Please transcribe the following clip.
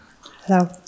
Hello